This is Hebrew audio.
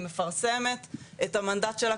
היא מפרסמת את המנדט שלה,